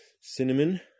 Cinnamon